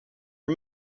are